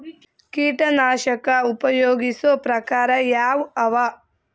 ಕೀಟನಾಶಕ ಉಪಯೋಗಿಸೊ ಪ್ರಕಾರ ಯಾವ ಅವ?